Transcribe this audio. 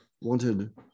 wanted